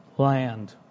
land